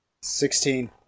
Sixteen